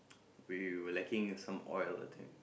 we were lacking some oil I think